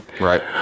Right